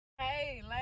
Hey